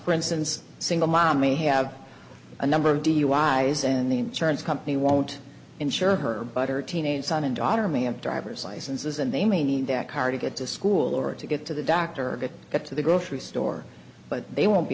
for instance single mom may have a number of duis and the insurance company won't insure her but her teenage son and daughter may have driver's licenses and they may need their car to get to school or to get to the doctor get to the grocery store but they won't be